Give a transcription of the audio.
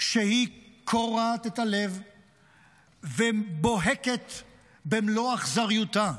שהיא קורעת את הלב ובוהקת במלוא אכזריותה: